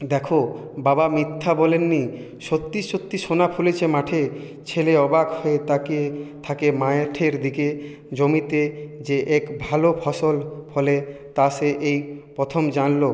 দেখো বাবা মিথ্যা বলেননি সত্যি সত্যি সোনা ফলেছে মাঠে ছেলে অবাক হয়ে তাকিয়ে থাকে মাঠের দিকে জমিতে যে এক ভালো ফসল ফলে তা সে এই প্রথম জানলো